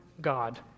God